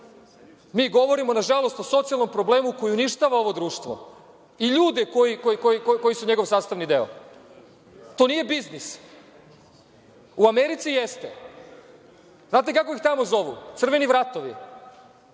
mi govorimo, nažalost, o socijalnom problemu koji uništava ovo društvo i ljude koji su njegov sastavni deo. To nije biznis. U Americi jeste. Znate kako ih tamo zovu? Crveni vratovi.